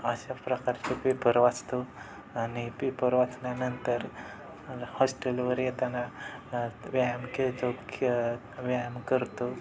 अशा प्रकारचे पेपर वाचतो आणि पेपर वाचल्यानंतर हॉस्टेलवर येताना व्यायाम करतो खे व्यायाम करतो